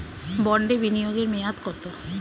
বন্ডে বিনিয়োগ এর মেয়াদ কত?